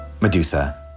medusa